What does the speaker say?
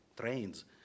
trains